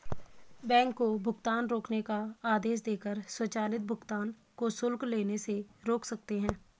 bank को भुगतान रोकने का आदेश देकर स्वचालित भुगतान को शुल्क लेने से रोक सकते हैं